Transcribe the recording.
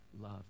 love